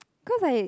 because like